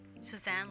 Suzanne